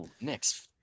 Next